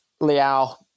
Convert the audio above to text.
Liao